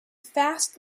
fast